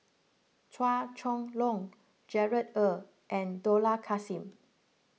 Chua Chong Long Gerard Ee and Dollah Kassim